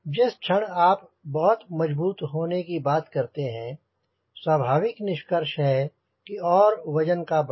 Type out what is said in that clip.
जिस क्षण आप बहुत ही मजबूत होने की बात करते हैं स्वभाविक निष्कर्ष है कि और वजन का बढ़ना